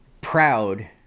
proud